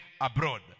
abroad